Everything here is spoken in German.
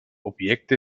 objekte